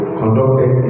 conducted